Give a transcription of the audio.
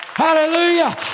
Hallelujah